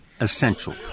Essential